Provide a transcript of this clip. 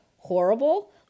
horrible